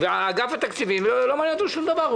את אגף התקציבים לא מעניין שום דבר,